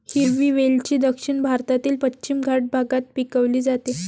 हिरवी वेलची दक्षिण भारतातील पश्चिम घाट भागात पिकवली जाते